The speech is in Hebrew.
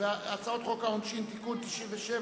תיקונים 104